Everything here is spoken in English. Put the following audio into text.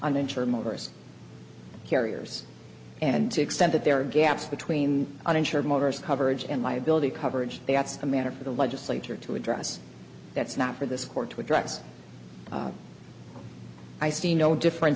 uninsured motorist carriers and to extent that there are gaps between uninsured motorist coverage and liability coverage that's a matter for the legislature to address that's not for this court to address i see no differen